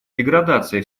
деградация